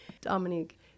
Dominique